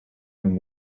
and